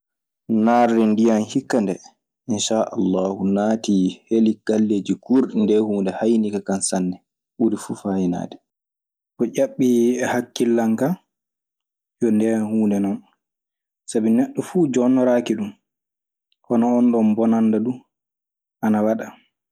Naarde ndiyan hikka ndee InsaaAllaahu naati heli galleeji kuurɗi. Ndee huunde haynike kan sanne ɓuri fuf haynaade.